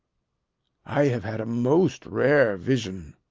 i have had a most rare vision.